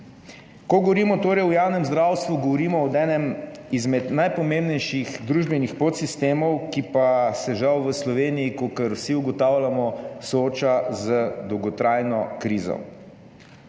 Ko govorimo torej o javnem zdravstvu, govorimo o enem izmed najpomembnejših družbenih podsistemov, ki pa se žal v Sloveniji, kakor vsi ugotavljamo, sooča z dolgotrajno krizo.